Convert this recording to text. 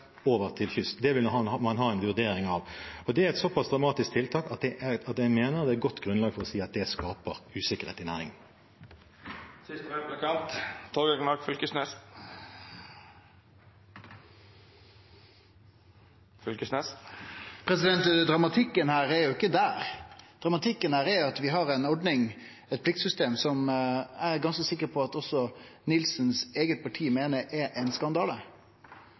over til kystflåten. Det vil man ha en vurdering av. Det er et såpass dramatisk tiltak at jeg mener det er et godt grunnlag for å si at det skaper usikkerhet i næringen. Dramatikken er ikkje der. Dramatikken er at vi har ei ordning, eit pliktsystem, som eg er ganske sikker på at også Nilsens eige parti meiner er ein skandale.